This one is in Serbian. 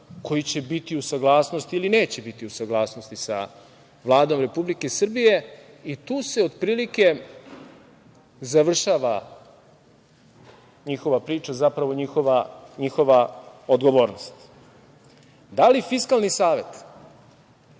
koji će biti u saglasnosti ili neće biti u saglasnosti sa Vladom Republike Srbije i tu se otprilike završava njihova priča, zapravo njihova odgovornost. Da li Fiskalni savet